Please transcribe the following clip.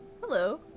Hello